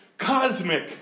cosmic